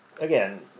again